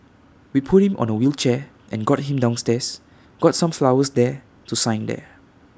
we put him on A wheelchair and got him downstairs got some flowers there to sign there